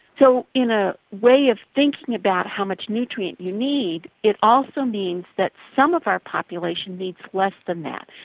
so in a way of thinking about how much nutrient you need, it also means that some of our population needs less than that.